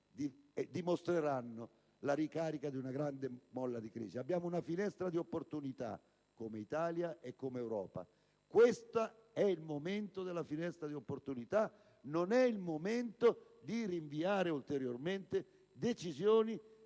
di essere stati la ricarica di una grande molla di crisi. Abbiamo una finestra di opportunità, come Italia e come Europa. Questo è il momento di sfruttare tale finestra di opportunità; non è il momento di rinviare ulteriormente decisioni,